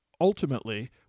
Ultimately